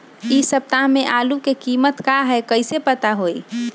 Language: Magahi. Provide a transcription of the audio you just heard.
इ सप्ताह में आलू के कीमत का है कईसे पता होई?